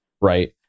right